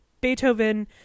Beethoven